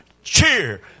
cheer